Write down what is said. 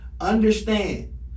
understand